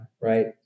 right